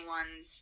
ones